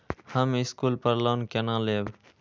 हम स्कूल पर लोन केना लैब?